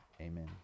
amen